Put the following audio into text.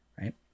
right